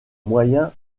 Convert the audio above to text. moyen